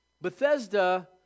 Bethesda